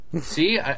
See